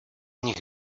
nich